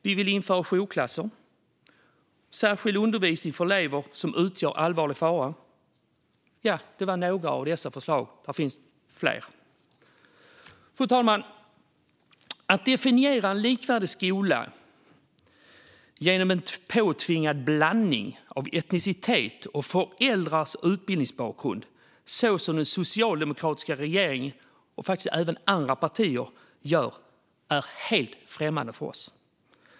Vi vill införa jourklasser och särskild undervisning för elever som utgör allvarlig fara. Ja, det var några av våra förslag; det finns fler. Fru talman! Att definiera en likvärdig skola som en påtvingad blandning av etnicitet och föräldrars utbildningsbakgrund, så som den socialdemokratiska regeringen och även andra partier gör, är helt främmande för oss.